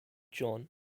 john